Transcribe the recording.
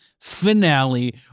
finale